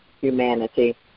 humanity